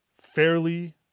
Fairly